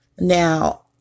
Now